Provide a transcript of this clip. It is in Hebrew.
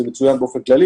זה מצוין באופן כללי,